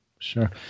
sure